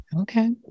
Okay